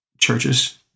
churches